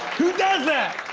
who does that!